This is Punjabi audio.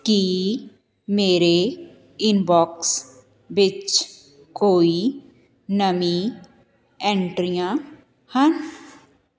ਕੀ ਮੇਰੇ ਇਨਬੋਕਸ ਵਿੱਚ ਕੋਈ ਨਵੀਂ ਐਂਟਰੀਆਂ ਹਨ